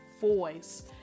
voice